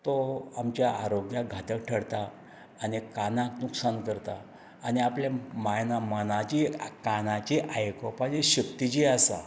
तर तो आमच्या आरोग्याक घातक थरता आनी कानाक नुकसान करता आनी आपलें माना मनाची कानाची आयकपाची शक्ती जी आसा